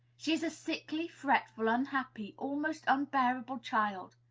she is a sickly, fretful, unhappy, almost unbearable child.